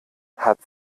hat